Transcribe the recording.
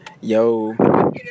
Yo